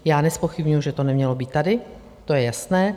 Já nezpochybňuji, že to nemělo být tady, to je jasné.